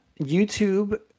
YouTube